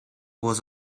was